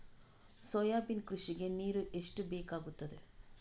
Soybean ಕೃಷಿಗೆ ನೀರು ಎಷ್ಟು ಬೇಕಾಗುತ್ತದೆ?